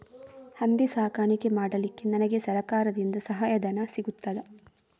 ಹಂದಿ ಸಾಕಾಣಿಕೆ ಮಾಡಲಿಕ್ಕೆ ನನಗೆ ಸರಕಾರದಿಂದ ಸಹಾಯಧನ ಸಿಗುತ್ತದಾ?